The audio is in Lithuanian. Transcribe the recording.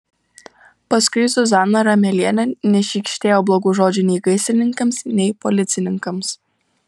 paskui zuzana ramelienė nešykštėjo blogų žodžių nei gaisrininkams nei policininkams